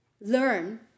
learn